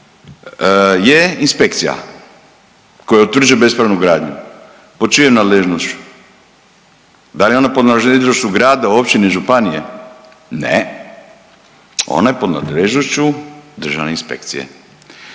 je inspekcija koja utvrđuje bespravnu gradnju. Pod čijom nadležnošću? Da li je ona pod nadležnošću grada, općine, županije? Ne, ona je pod nadležnošću državne inspekcije.